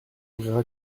ouvrira